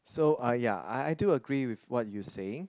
so ah ya I I do agree with what you saying